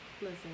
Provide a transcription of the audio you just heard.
Listen